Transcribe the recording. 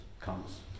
comes